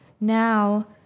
now